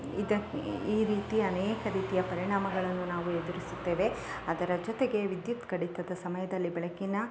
ಇದು ಈ ರೀತಿ ಅನೇಕ ರೀತಿಯ ಪರಿಣಾಮಗಳನ್ನು ನಾವು ಎದುರಿಸುತ್ತೇವೆ ಅದರ ಜೊತೆಗೆ ವಿದ್ಯುತ್ ಕಡಿತದ ಸಮಯದಲ್ಲಿ ಬೆಳಕಿನ